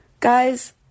Guys